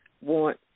want